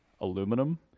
aluminum